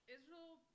Israel